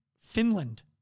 Finland